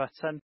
button